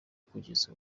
kugeza